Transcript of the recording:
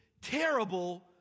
terrible